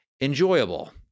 enjoyable